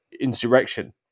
insurrection